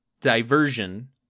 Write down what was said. diversion